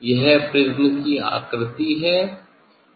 यह प्रिज्म की आकृति है